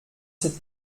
sept